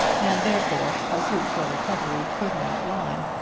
and therefore a suit for recovery could not lie.